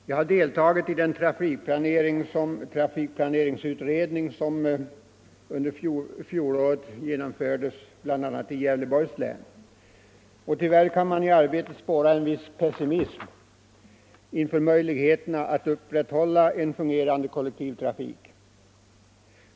Jag har deltagit i den trafikplanering som under fjolåret genomfördes bl.a. i Gävleborgs län. Tyvärr kan man i arbetet spåra en viss pessimism inför möjligheterna att upprätthålla en väl fungerande kollektivtrafik.